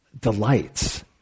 delights